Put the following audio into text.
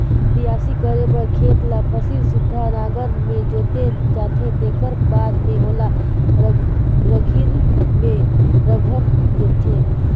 बियासी करे बर खेत ल फसल सुद्धा नांगर में जोते जाथे तेखर बाद में ओला रघरी में रघर देथे